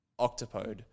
octopode